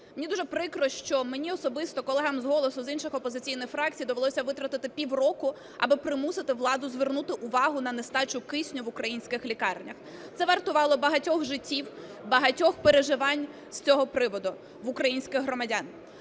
Мені дуже прикро, що мені особисто, колегам з "Голосу", з інших опозиційних фракцій довелося витратити пів року, аби примусити владу звернути увагу на нестачу кисню в українських лікарнях. Це вартувало багатьох життів, багатьох переживань з цього приводу в українських громадян.